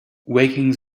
waking